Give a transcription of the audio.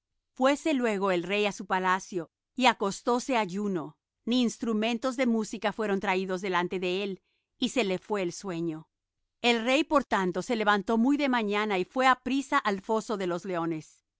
fuése luego el rey á su palacio y acostóse ayuno ni instrumentos de música fueron traídos delante de él y se le fué el sueño el rey por tanto se levantó muy de mañana y fué apriesa al foso de los leones